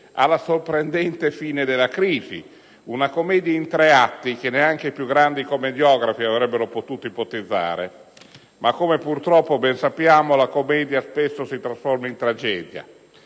alla sorprendente fine della crisi. Una commedia in tre atti che neanche i più grandi commediografi avrebbero potuto ipotizzare. Ma, come purtroppo ben sappiamo, la commedia spesso si trasforma in tragedia.